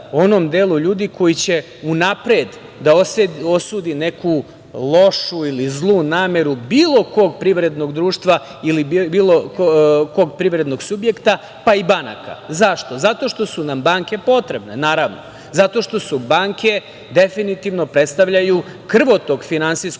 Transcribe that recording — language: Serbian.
onom delu ljudi koji će unapred da osudi neku lošu ili zlu nameru bilo kog privrednog društva ili bilo kog privrednog subjekta, pa i banaka. Zašto? Zato što su nam banke potrebne naravno. Zato što banke definitivno predstavljaju krvotok finansijskog